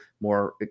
more